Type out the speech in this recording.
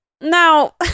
now